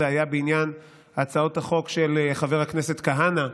זה היה בעניין הצעות החוק של חבר הכנסת כהנא,